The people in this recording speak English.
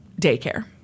daycare